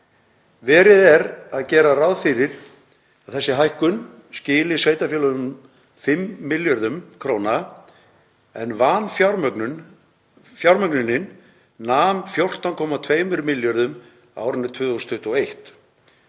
Verið er að gera ráð fyrir að þessi hækkun skili sveitarfélögunum 5 milljörðum kr. en vanfjármögnunin nam 14,2 milljörðum á árinu 2021.